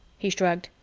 he shrugged.